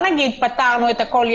דבי גילד, האגודה לזכויות